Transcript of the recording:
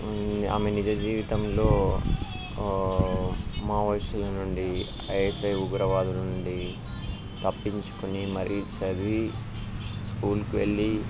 ఆమె నిజ జీవితంలో మావోయిస్టుల నుండి ఐఎస్ఐ ఉగ్రవాదుల నుండి తప్పించుకుని మరి చదివి స్కూల్కి వెళ్ళి